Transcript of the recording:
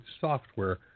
software